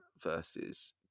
versus